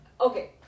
Okay